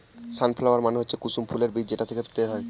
সান flower মানে হচ্ছে কুসুম ফুলের বীজ যেটা থেকে তেল হয়